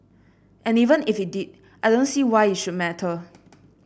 and even if it did I don't see why it should matter